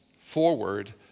forward